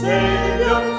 Savior